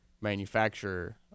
manufacturer